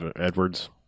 Edwards